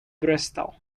bristol